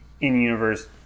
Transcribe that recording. in-universe